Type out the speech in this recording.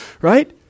right